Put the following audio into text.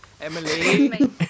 Emily